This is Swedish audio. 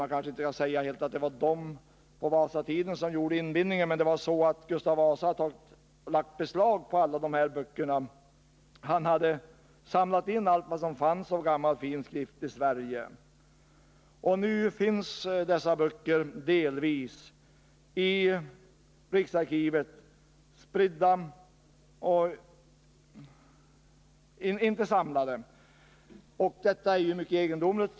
Man kanske inte kan säga att det var Vasatidens människor som gjorde inbindningen, men det var Gustav Vasa som lade beslag på alla de här böckerna. Han samlade in allt vad som fanns av gamla fina skrifter i Sverige. Nu finns dessa böcker delvis spridda i riksarkivet —- inte samlade. Det är mycket egendomligt.